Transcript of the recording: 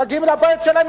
מגיעים לבית שלהם,